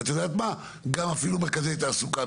אפילו גם מרכזי תעסוקה,